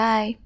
Bye